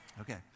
Okay